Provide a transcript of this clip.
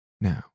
Now